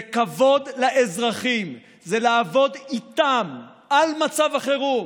זה כבוד לאזרחים, זה לעבוד איתם על מצב החירום,